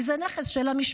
כי זה נכס של המשפחה.